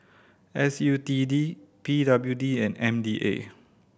S U T D P W D and M D A